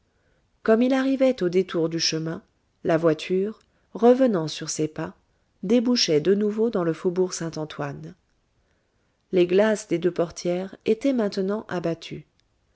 comme il arrivait au détour du chemin la voiture revenant sur ses pas débouchait de nouveau dans le faubourg saint-antoine les glaces des deux portières étaient maintenant abattues